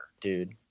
dude